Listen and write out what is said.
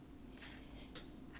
什么 vaccination